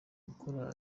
gukora